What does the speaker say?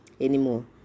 anymore